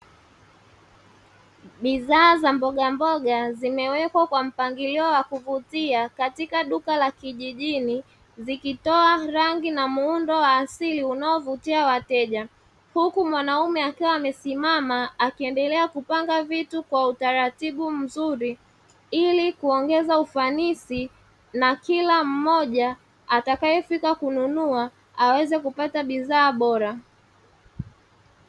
Bidhaa za mbogamboga zimewekwa kwa mpangilio wa kuvutia katika duka la kijijini ,zikitoa rangi na muundo wa asili unao vutia wateja, huku mwanaume akiwa amesimama akiwaendelea kupanga vitu kwa utaratibu mzuri, ili kuongeza ufanisi na kila mmoja atakayefika kununua aweze kupata bidhaa bora.